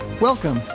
welcome